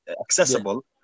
accessible